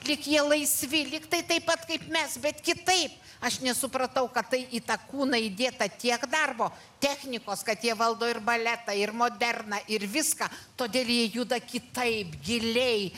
lyg jie laisvi lyg tai taip pat kaip mes bet kitaip aš nesupratau kad tai į tą kūną įdėta tiek darbo technikos kad jie valdo ir baletą ir moderną ir viską todėl jie juda kitaip giliai